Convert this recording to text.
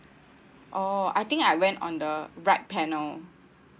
oh I think I went on the right panel